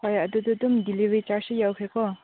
ꯍꯣꯏ ꯑꯗꯨꯗ ꯑꯗꯨꯝ ꯗꯤꯂꯤꯕꯔꯤ ꯆꯥꯔꯖꯁꯨ ꯌꯥꯎꯈ꯭ꯔꯦꯀꯣ